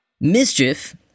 Mischief